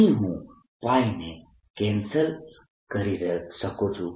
અહીં હું ને કેન્સલ કરી શકું છું